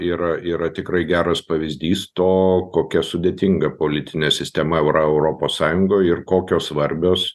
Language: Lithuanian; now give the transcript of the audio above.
yra yra tikrai geras pavyzdys to kokia sudėtinga politinė sistema yra europos sąjungoj ir kokios svarbios